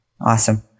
Awesome